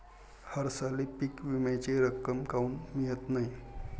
हरसाली पीक विम्याची रक्कम काऊन मियत नाई?